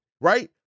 Right